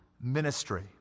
ministry